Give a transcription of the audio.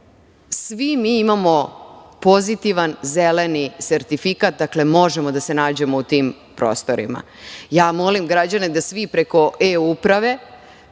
svi mi imamo pozitivan zeleni sertifikat, dakle, možemo da se nađemo u tim prostorima. Molim građane da svi preko E-uprave